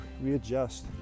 readjust